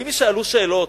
האם יישאלו שאלות?